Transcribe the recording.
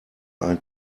ein